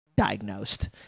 Diagnosed